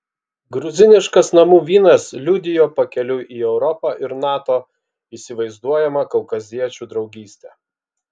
gruziniškas namų vynas liudijo pakeliui į europą ir nato įsivaizduojamą kaukaziečių draugystę